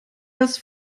das